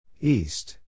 East